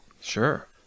sure